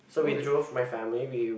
so we drove my family we